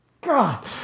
God